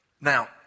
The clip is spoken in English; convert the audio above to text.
now